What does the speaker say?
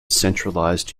centralised